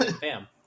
Bam